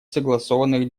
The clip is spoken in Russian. согласованных